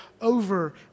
over